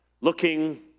looking